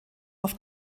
auf